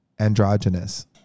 androgynous